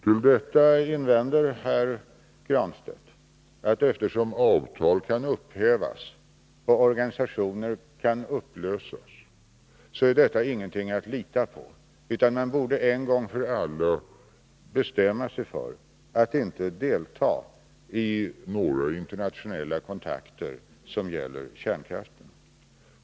Mot detta invänder herr Granstedt att eftersom avtal kan upphävas och organisationer kan upplösas, är detta ingenting att lita på, utan man borde en gång för alla bestämma sig för att inte delta i några internationella kontakter som gäller kärnkraften.